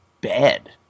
bad